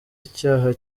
icyaha